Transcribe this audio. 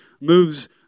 moves